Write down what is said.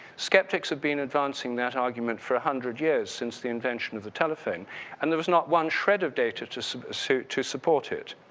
skeptics have been advancing that argument for one hundred years since the invention of the telephone and there was not one shred of data to support so to support it.